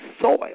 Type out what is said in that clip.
soil